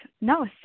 no